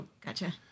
Gotcha